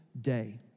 day